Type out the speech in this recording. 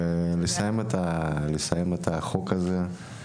ומבקש לסיים את החוק הזה.